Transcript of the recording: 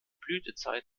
blütezeit